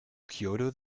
kyoto